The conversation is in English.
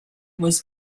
was